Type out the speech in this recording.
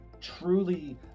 truly